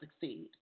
succeed